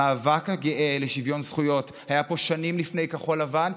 המאבק הגאה לשוויון זכויות היה פה שנים לפני כחול לבן,